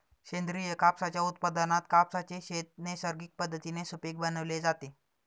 सेंद्रिय कापसाच्या उत्पादनात कापसाचे शेत नैसर्गिक पद्धतीने सुपीक बनवले जाते